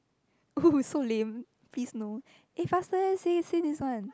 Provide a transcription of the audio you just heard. so lame please no eh faster eh say say this one